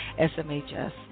SMHS